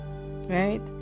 right